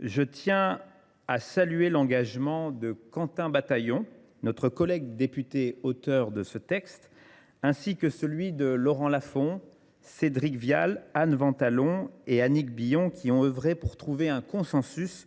Je tiens à saluer l’engagement de Quentin Bataillon, notre collègue député auteur de ce texte, ainsi que celui de nos collègues sénateurs Laurent Lafon, Cédric Vial, Anne Ventalon et Annick Billon, qui ont œuvré pour trouver un consensus